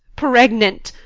pregnant!